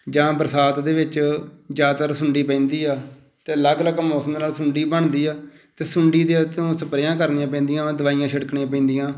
ਜਾਂ ਬਰਸਾਤ ਦੇ ਵਿੱਚ ਜ਼ਿਆਦਾਤਰ ਸੁੰਡੀ ਪੈਂਦੀ ਆ ਅਤੇ ਅਲੱਗ ਅਲੱਗ ਮੌਸਮ ਨਾਲ਼ ਸੁੰਡੀ ਬਣਦੀ ਆ ਅਤੇ ਸੁੰਡੀ ਦੇ ਉੱਤੋਂ ਸਪਰੇਆਂ ਕਰਨੀਆਂ ਪੈਂਦੀਆਂ ਵਾ ਦਵਾਈਆਂ ਛਿੜਕਣੀਆਂ ਪੈਂਦੀਆਂ